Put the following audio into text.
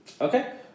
Okay